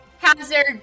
Hazard